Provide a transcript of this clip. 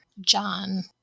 John